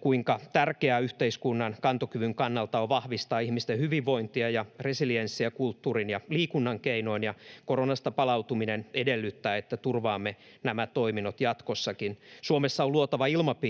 kuinka tärkeää yhteiskunnan kantokyvyn kannalta on vahvistaa ihmisten hyvinvointia ja resilienssiä kulttuurin ja liikunnan keinoin, ja koronasta palautuminen edellyttää, että turvaamme nämä toiminnot jatkossakin. Suomessa on luotava ilmapiiri